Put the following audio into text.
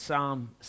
Psalm